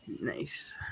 nice